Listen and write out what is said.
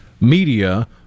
media